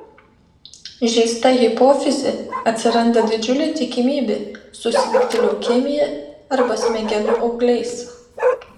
žeista hipofize atsiranda didžiulė tikimybė susirgti leukemija arba smegenų augliais